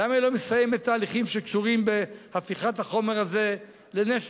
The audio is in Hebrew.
למה היא לא מסיימת תהליכים שקשורים בהפיכת החומר הזה לנשק?